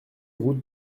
route